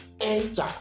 enter